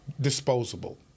disposable